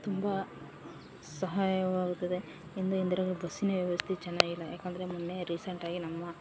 ತುಂಬ ಸಹಾಯವಾಗುತ್ತದೆ ಇಂದು ಎಂದರೆ ಬಸ್ಸಿನ ವ್ಯವಸ್ಥೆ ಚೆನ್ನಾಗಿಲ್ಲ ಯಾಕಂದರೆ ಮೊನ್ನೆ ರೀಸೆಂಟಾಗಿ ನಮ್ಮ